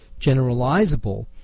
generalizable